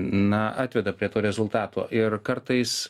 na atveda prie to rezultato ir kartais